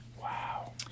Wow